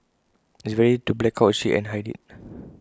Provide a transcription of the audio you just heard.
it's very easy to black out A ship and hide IT